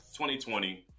2020